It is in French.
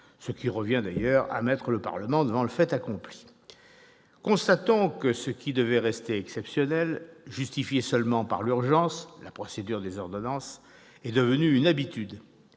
ce qui revient d'ailleurs à mettre le Parlement devant le fait accompli ... Constatons que ce qui devait rester exceptionnel, justifié seulement par l'urgence- je veux parler de la procédure des ordonnances -, est devenu une habitude,